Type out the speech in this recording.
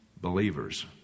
believers